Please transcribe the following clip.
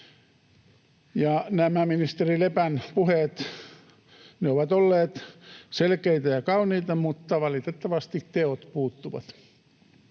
Nämä ministeri Lepän puheet ovat olleet selkeitä ja kauniita, mutta valitettavasti teot puuttuvat.